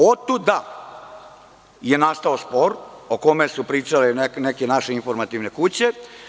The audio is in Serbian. Otuda je nastao spor o kome su pričale neke naše informativne kuće.